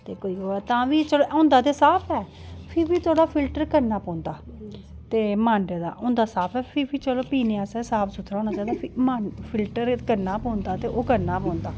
तां बी चलो होंदा ते साफ ऐ फ्ही थोह्ड़ा फिलटर करना पोंदा ते मांडे दा फ्ही चलो पीने आस्तै साफ सूथरा होना चाहिदा ते फ्ही बी फिलटर